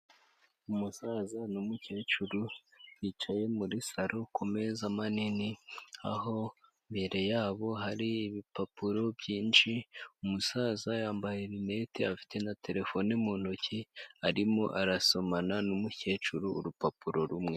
Umusaza n’umukecuru bicaye muri salo kumeza manini aho imbere yabo hari ibipapuro byinshi, umusaza yambaye rinete afite na telefone mu ntoki, arimo arasomana n'umukecuru urupapuro rumwe.